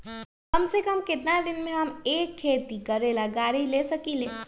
कम से कम केतना में हम एक खेती करेला गाड़ी ले सकींले?